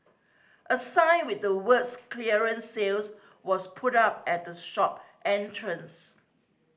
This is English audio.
a sign with the words clearance sales was put up at the shop entrance